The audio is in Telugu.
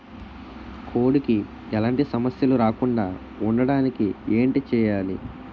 కోడి కి ఎలాంటి సమస్యలు రాకుండ ఉండడానికి ఏంటి చెయాలి?